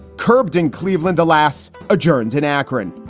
curbed in cleveland, alas, adjourned in akron.